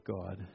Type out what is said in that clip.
God